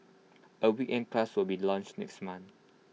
A weekend class will be launched next month